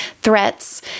threats